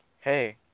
hey